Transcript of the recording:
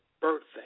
birthday